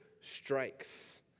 strikes